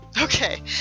Okay